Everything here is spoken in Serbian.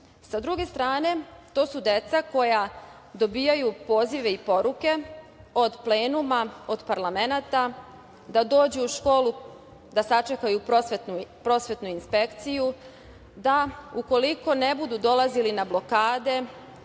druge strane to su deca koja dobijaju pozive i poruke od plenuma, od parlamenata, da dođu u školu da sačekaju prosvetnu inspekciju da ukoliko ne budu dolazili na blokade